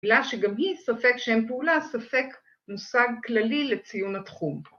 ‫מילה שגם היא ספק שם פעולה, ‫ספק מושג כללי לציון התחום.